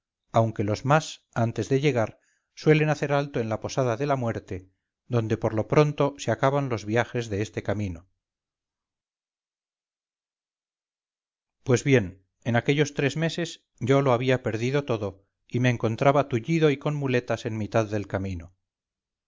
aunque los más antes de llegar suelen hacer alto en la posada de la muerte donde por lo pronto se acaban los viajes de este camino pues bien en aquellos tres meses yo lo había perdido todo y me encontraba tullido y con muletas en mitad del camino